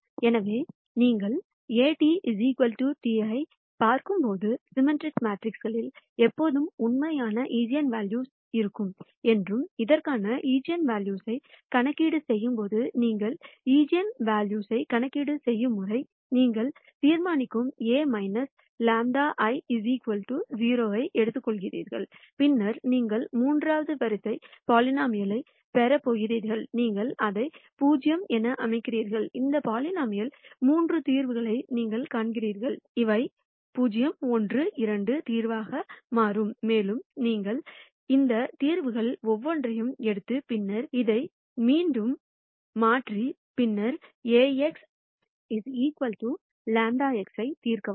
எனவே நீங்கள் Aᵀ A ஐ பார்க்கும் போது சிம்மெட்ரிக் மேட்ரிக்ஸ்க்ஸில் எப்போதும் உண்மையான ஈஜென்வெல்யூக்கள் இருக்கும் என்றும் இதற்கான ஈஜென்வெல்யூ கணக்கீட்டைச் செய்யும்போது நீங்கள் ஈஜென்வெல்யூ கணக்கீடு செய்யும் முறை நீங்கள் தீர்மானிக்கும் A λ I 0 ஐ எடுத்துக்கொள்கிறீர்கள் பின்னர் நீங்கள் மூன்றாவது வரிசை பலினோமினல் பெறப் போகிறீர்கள் நீங்கள் அதை 0 என அமைக்கிறீர்கள் இந்த பலினோமினல் மூன்று தீர்வுகளை நீங்கள் கணக்கிடுகிறீர்கள் இவை 0 1 2 தீர்வாக மாறும் மேலும் நீங்கள் இந்த தீர்வுகள் ஒவ்வொன்றையும் எடுத்து பின்னர் அதை மீண்டும் மாற்றி பின்னர் Ax λ x க்கு தீர்க்கவும்